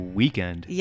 weekend